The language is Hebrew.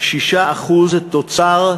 6% תוצר,